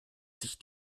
sich